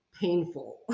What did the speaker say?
painful